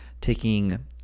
taking